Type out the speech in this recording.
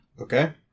Okay